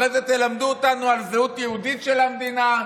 אחרי זה תלמדו אותנו על הזהות היהודית של המדינה,